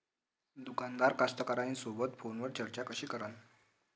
दुकानदार कास्तकाराइसोबत फोनवर चर्चा कशी करन?